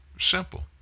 Simple